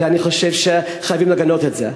ואני חושב שחייבים לגנות את זה.